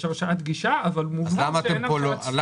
יש הרשאת גישה אבל נאמר שאין הרשאת צפייה.